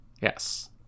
Yes